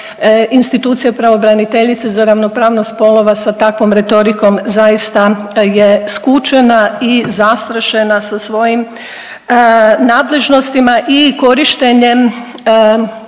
institucije pravobraniteljice za ravnopravnost spolova sa takvom retorikom zaista je skučena i zastrašena sa svojim nadležnostima i korištenjem